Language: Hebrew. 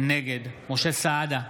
נגד משה סעדה,